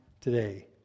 today